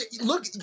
look